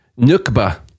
NUKBA